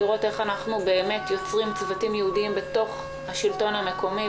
לראות איך אנחנו יוצרים צוותים ייעודיים בתוך השלטון המקומי,